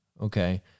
okay